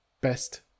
best